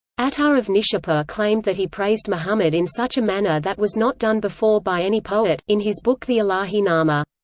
attar of nishapur claimed that he praised muhammad in such a manner that was not done before by any poet, in his book the ilahi-nama.